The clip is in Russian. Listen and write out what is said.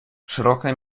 широкое